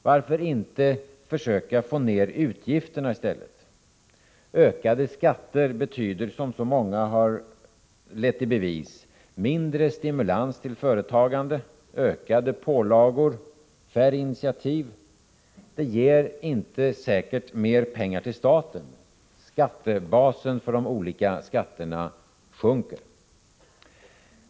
Varför inte försöka få ned utgifterna i stället? Ökade skatter betyder, som så många har lett i bevis, mindre stimulans till företagande, ökade pålagor och färre initiativ. De ger inte säkert mer pengar till staten. Basen för de olika skatterna sjunker.